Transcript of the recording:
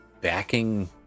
backing